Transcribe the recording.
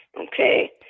Okay